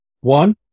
One